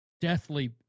deathly